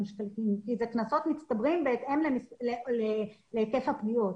שקלים כי אלה קנסות מצטברים בהתאם להיקף הפגיעות.